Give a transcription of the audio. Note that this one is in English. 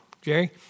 Jerry